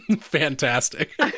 fantastic